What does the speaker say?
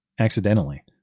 accidentally